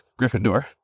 Gryffindor